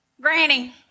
Granny